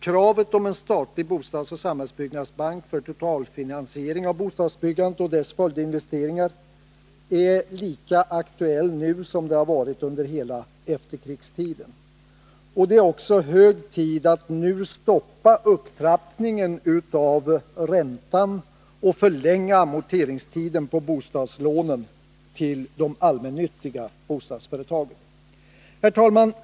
Kravet på en statlig bostadsoch samhällsbyggnadsbank för totalfinansiering av bostadsbyggandet och dess följdinvesteringar är lika aktuellt nu som under hela efterkrigstiden. Det är också hög tid att nu stoppa upptrappningen av räntan och förlänga amorteringstiden för bostadslånen till de allmännyttiga bostadsföretagen. Herr talman!